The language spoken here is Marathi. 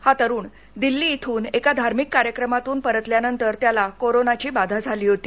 हा तरुण दिल्ली येथून एका धार्मिक कार्यक्रमातून परतल्यानंतर त्याला कोरोनाची बाधा झाली होती